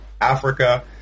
Africa